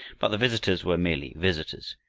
but the visitors were merely visitors,